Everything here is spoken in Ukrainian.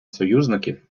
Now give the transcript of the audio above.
союзників